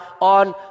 on